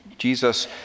Jesus